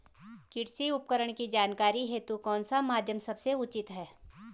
कृषि उपकरण की जानकारी हेतु कौन सा माध्यम सबसे उचित है?